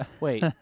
Wait